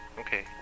Okay